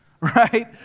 right